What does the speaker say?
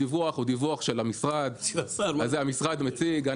הדיווח הוא דיווח של המשרד והמשרד מציג.